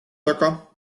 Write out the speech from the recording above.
taga